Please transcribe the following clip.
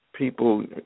People